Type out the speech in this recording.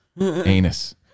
anus